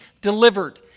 delivered